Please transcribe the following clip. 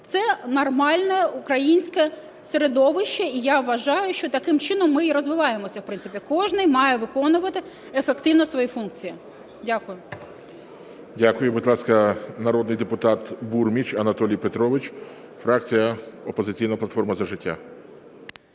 Це нормальне українське середовище і я вважаю, що таким чином ми і розвиваємося, в принципі. Кожний має виконувати ефективно свої функції. Дякую. ГОЛОВУЮЧИЙ. Дякую. Будь ласка, народний депутат Бурміч Анатолій Петрович, фракція "Опозиційна платформа – За життя".